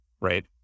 Right